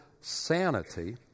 sanity